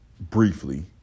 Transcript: briefly